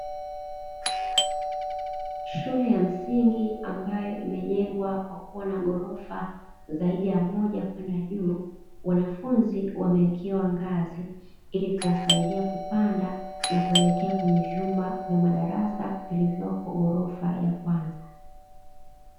Shule ya msingi ambayo imejengwa kwa kuwa na ghorofa zaidi ya moja kwenda juu, wanafunzi wamewekewa ngazi ili kuwasaidia kupanda, na kuelekea kwenye vyumba vya madarasa vilivyoko ghorofa ya kwanza.